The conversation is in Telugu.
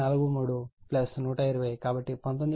430 1200 కాబట్టి 19